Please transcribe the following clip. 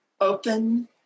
open